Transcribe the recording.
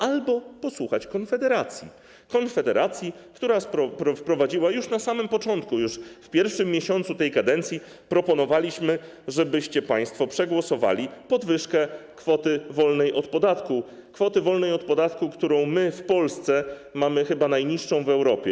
Albo posłuchać Konfederacji, Konfederacji, która proponowała - już na samym początku, już w pierwszym miesiącu tej kadencji to proponowaliśmy - żebyście państwo przegłosowali podwyżkę kwoty wolnej od podatku, którą w Polsce mamy chyba najniższą w Europie.